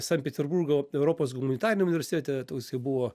sankt peterburgo europos humanitariniam universitete toksai buvo